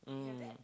mm